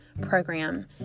program